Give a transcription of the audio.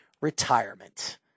retirement